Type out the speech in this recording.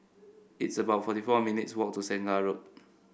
it's about forty four minutes walk to Segar Road